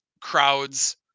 crowds